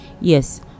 yes